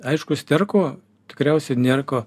aišku sterko tikriausiai nėr ko